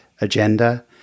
agenda